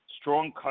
strong